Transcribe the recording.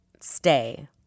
stay